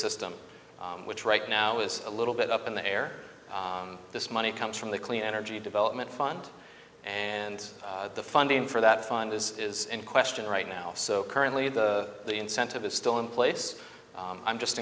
system which right now is a little bit up in the air this money comes from the clean energy development fund and the funding for that fund is is in question right now so currently the incentive is still in place i'm just